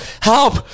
Help